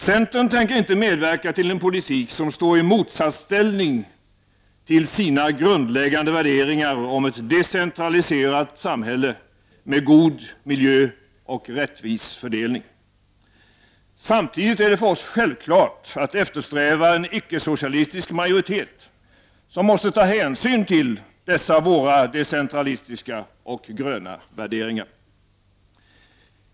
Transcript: Centern tänker inte medverka till en politik som står i motsatsställning till våra grundläggande värderingar om ett decentraliserat samhälle med god miljö och rättvis fördelning. Samtidigt är det för oss självklart att eftersträva en icke-socialistisk majoritet, som måste ta hänsyn till dessa våra decentralistiska och gröna värderingar.